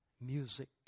music